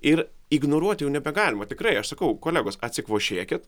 ir ignoruoti jau nebegalima tikrai aš sakau kolegos atsikvošėkit